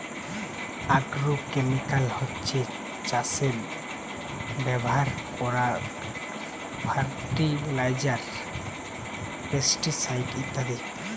agrochemical হচ্ছে চাষে ব্যাভার কোরার ফার্টিলাইজার, পেস্টিসাইড ইত্যাদি